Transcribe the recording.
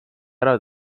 ära